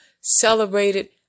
celebrated